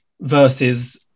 Versus